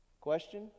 Question